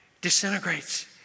disintegrates